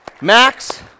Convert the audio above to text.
Max